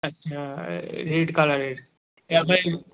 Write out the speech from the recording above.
আচ্ছা রেড কালারের